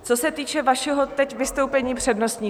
Co se týče vašeho teď vystoupení přednostního.